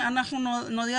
אנחנו נעביר